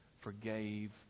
forgave